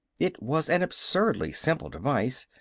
it was an absurdly simple device,